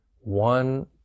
One